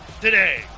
Today